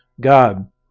God